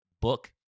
book